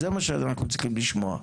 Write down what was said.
זה מה שאנחנו צריכים לשמוע,